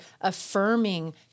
affirming